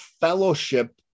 fellowship